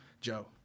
Joe